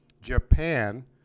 Japan